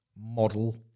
model